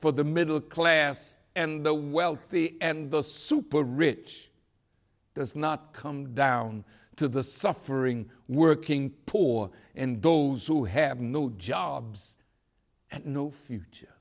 for the middle class and the wealthy and the super rich does not come down to the suffering working poor and those who have no jobs and no future